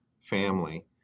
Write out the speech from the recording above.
family